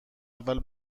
اول